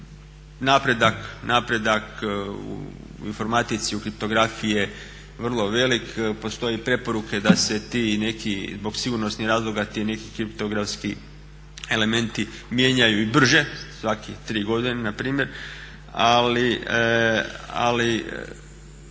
Napredak u informatici, u kriptografiji je vrlo velik. Postoje preporuke da se ti neki, zbog sigurnosnih razloga, ti neki kriptografski elementi mijenjaju i brže svaki 3 godine npr. ali